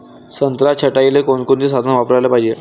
संत्रा छटाईले कोनचे साधन वापराले पाहिजे?